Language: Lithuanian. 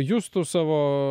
justu savo